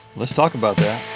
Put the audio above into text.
let's talk about that.